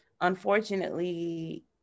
unfortunately